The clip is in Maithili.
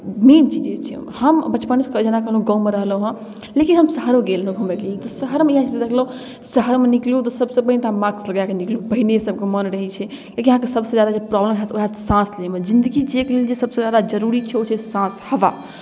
मेन चीज अछि ई हमर हम बचपनसँ जेना कहलहुँ गाममे रहलहुँ हेँ लेकिन हम शहरो गेल रहौँ घूमैके लेल तऽ शहरमे जाय कऽ देखलहुँ शहरमे निकलू तऽ सभसँ पहिने तऽ मास्क लगा कऽ निकलू पहिने सभके मोन रहै छै लेकिन अहाँके सभसँ ज्यादा जे प्रॉब्लम हैत ओ हैत साँस लैमे जिंदगी जियैके लेल जे सभसँ ज्यादा जरूरी छै ओ छै साँस हवा